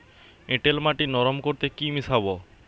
এঁটেল মাটি নরম করতে কি মিশাব?